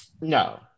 No